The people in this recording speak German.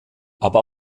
aber